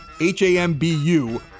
H-A-M-B-U